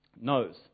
knows